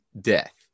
death